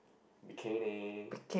bikini